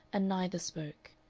and neither spoke.